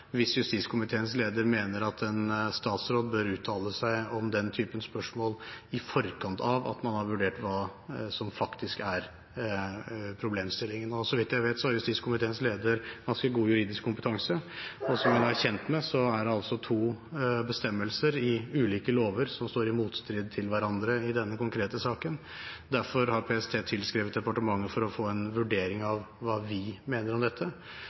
hvis justiskomiteens leder mener at en statsråd bør uttale seg om den type spørsmål i forkant av at man har vurdert hva som faktisk er problemstillingen. Så vidt jeg vet, har justiskomiteens leder ganske god juridisk kompetanse, og som hun er kjent med, er det altså to bestemmelser i ulike lover som står i motstrid til hverandre i denne konkrete saken, og derfor har PST tilskrevet departementet for å få en vurdering av hva vi mener om dette.